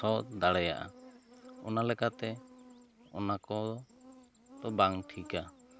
ᱥᱚ ᱫᱟᱲᱮᱭᱟᱜᱼᱟ ᱚᱱᱟ ᱞᱮᱠᱟᱛᱮ ᱚᱱᱟ ᱠᱚ ᱫᱚ ᱵᱟᱝ ᱴᱷᱤᱠᱟ